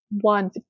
one